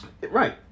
Right